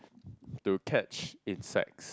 to catch insects